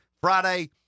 Friday